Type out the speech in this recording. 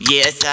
Yes